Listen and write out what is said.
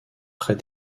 près